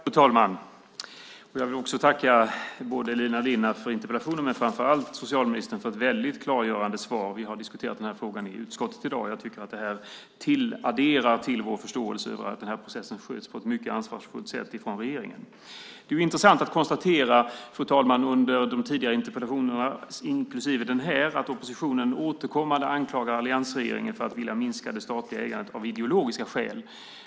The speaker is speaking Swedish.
Fru talman! Jag vill tacka Elina Linna för interpellationen och framför allt socialministern för ett väldigt klargörande svar. Vi har diskuterat den här frågan i utskottet i dag. Jag tycker att det här bidrar till vår förståelse för att den här processen sköts på ett mycket ansvarsfullt sätt av regeringen. Fru talman! I samband med de tidigare interpellationerna, inklusive den här, anklagar oppositionen återkommande alliansregeringen för att vilja minska det statliga ägandet av ideologiska skäl.